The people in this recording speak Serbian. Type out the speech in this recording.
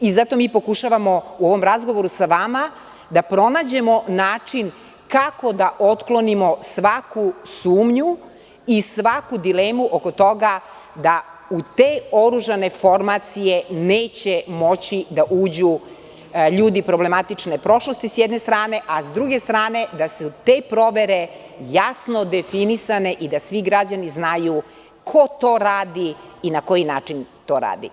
I zato mi pokušavamo u ovom razgovoru sa vama da pronađemo način kako da otklonimo svaku sumnju i svaku dilemu oko toga da u te oružane formacije neće moći da uđu ljudi problematične prošlosti, s jedne strane, a s druge strane da su te provere jasno definisane i da svi građani znaju ko to radi i na koji način to radi.